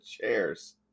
chairs